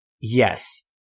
Yes